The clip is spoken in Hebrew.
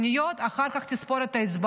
מכוניות, אחר כך תספור את האצבעות.